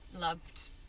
loved